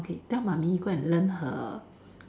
okay tell mummy go and learn her